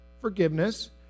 forgiveness